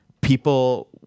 people